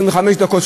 25 דקות,